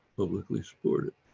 publicly supported,